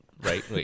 right